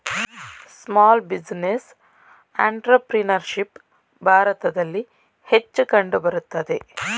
small business entrepreneurship ಭಾರತದಲ್ಲಿ ಹೆಚ್ಚು ಕಂಡುಬರುತ್ತದೆ